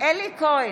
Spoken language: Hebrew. אלי כהן,